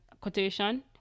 quotation